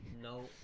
No